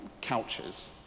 couches